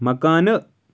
مکانہٕ